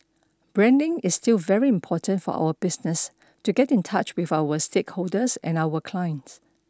branding is still very important for our business to get in touch with our stakeholders and our clients